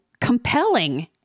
compelling